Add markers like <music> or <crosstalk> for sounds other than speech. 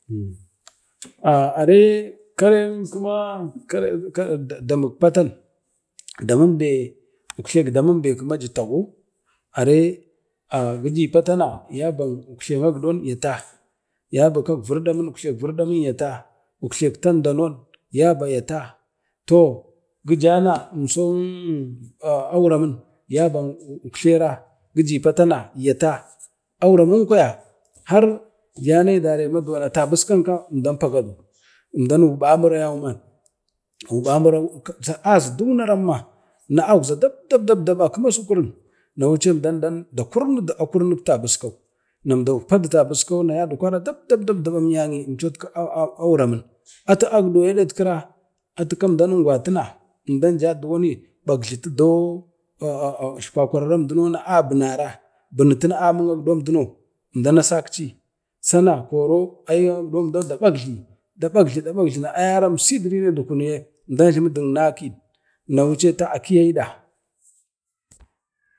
Aah are karen kima damik patan damin ben kema ji tago, are a kiji patan ya bang uktlen akdon ya ta damin be jitago, are giji patana yabak uktlen aguɗon aata, uktlen virɗamin yata, uktlen tamdanon yata yata, toh gijana, emso ummh uktlen auramin yabak giji patana yata giji patana yate auramin kwaya har yanayi dara i maduwa na tab iskan ka umdau pagadu, umdaw guɓu amurra kira azi duna daɓ dabba dabai kuma sukurin na wucenta da kurnudu akurnik tabis kau, na umdau padu tabiskau na yadikvara ɗab-ɗab daɓa, umchotku awuramin, atu akɗoi edatkur umdau ungwa tuna emdam ja duwoni ɗakjlu utle <hesitation> kwakwaru na abunara burutuna amin agɗa duno. emdan na sakci sana koro ayau emdm dani da bakjl da bakjli na ayaram si du kunu ye umdau ajlemudik nakim nawucema a kiyyay ɗa.